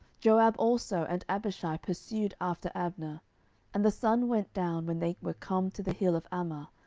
joab also and abishai pursued after abner and the sun went down when they were come to the hill of ammah,